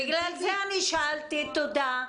בגלל זה אני שאלתי, תודה.